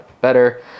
better